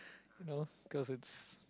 you know cause it's